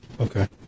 Okay